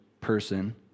person